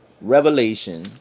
revelation